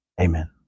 Amen